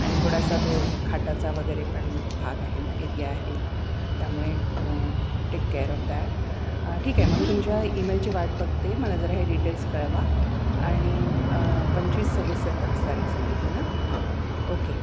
आणि थोडासा तो खाटाचा वगैरे पण भाग आहे ना एरिया आहे त्यामुळे टेक केअर ऑफ दॅट ठीके मी तुमच्या ईमेलची वाट बघते मला जरा हे डिटेल्स कळवा आणि पंचवीस सव्वीस सत्तावीस तारीख सांगितली ना हां ओके